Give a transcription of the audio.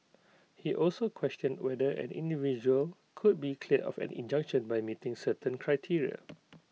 he also questioned whether an individual could be cleared of an injunction by meeting certain criteria